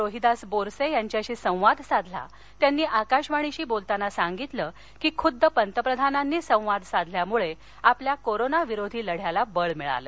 रोहीदास बोरसज्ञिंच्याशी संवाद साधला त्यांनी आकाशवाणीशी बोलताना सांगितलं की खूद्द पंतप्रधानांनी संवाद आपल्या कोरोना विरोधी लढ़याला बळ मिळालं